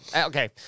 Okay